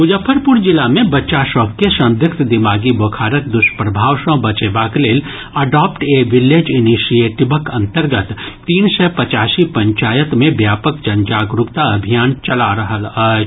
मुजफ्फरपुर जिला मे बच्चा सभ के संदिग्ध दिमागी बोखारक द्वष्प्रभाव सँ बचेबाक लेल अडॉप्ट ए विलेज इनीशिएटिवक अंतर्गत तीन सय पचासी पंचायत मे व्यापक जनजागरूकता अभियान चलि रहल अछि